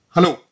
Hello